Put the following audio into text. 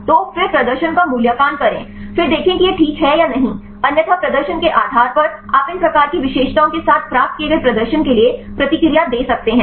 तो फिर प्रदर्शन का मूल्यांकन करें फिर देखें कि यह ठीक है या नहीं अन्यथा प्रदर्शन के आधार पर आप इन प्रकार की विशेषताओं के साथ प्राप्त किए गए प्रदर्शन के लिए प्रतिक्रिया दे सकते हैं